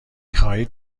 خواهید